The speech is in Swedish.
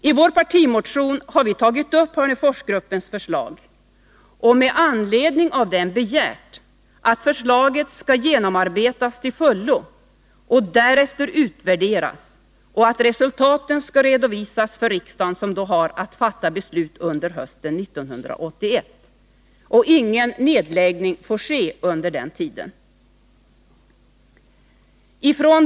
I vår partimotion har vi tagit upp Hörneforsgruppens förslag och med anledning av det begärt att förslaget skall genomarbetas till fullo och därefter utvärderas samt att resultatet redovisas för riksdagen, som då har att fatta beslut under hösten 1981. Ingen nedläggning får ske under den tiden.